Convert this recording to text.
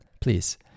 please